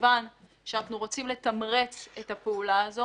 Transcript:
כיוון שאנחנו רוצים לתמרץ את הפעולה הזו,